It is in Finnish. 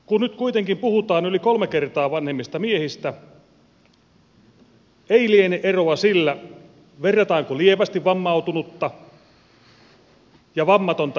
kun nyt kuitenkin puhutaan yli kolme kertaa vanhemmista miehistä ei liene eroa sillä verrataanko lievästi vammautunutta ja vammatonta henkilöä keskenään